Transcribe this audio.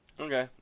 Okay